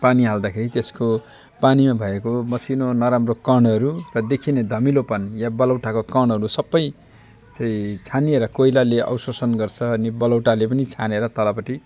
पानी हाल्दाखेरि त्यसको पानीमा भएको मसिनो नराम्रो कणहरू र देखिने धमिलो पानी या बलौटाको कणहरू सबै चाहिँ छानिएर कोइलाले अब्जर्बसन गर्छ अनि बलौटाले पनि छानेर तलपट्टि